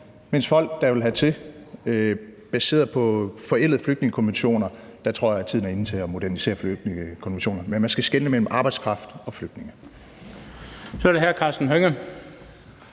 til folk, der vil hertil baseret på forældede flygtningekonventioner, tror jeg tiden er inde til at modernisere flygtningekonventionerne. Men man skal skelne mellem arbejdskraft og flygtninge. Kl. 19:18 Den fg.